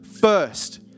first